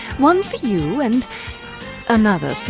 one for you, and another. for you.